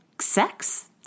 sex